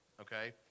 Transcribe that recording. okay